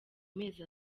mezi